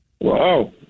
Wow